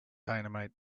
dynamite